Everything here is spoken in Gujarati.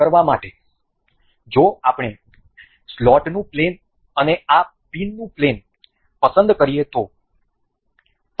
આ કરવા માટે જો આપણે સ્લોટનું પ્લેન અને આ પિનનું પ્લેન પસંદ કરીએ તો